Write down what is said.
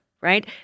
right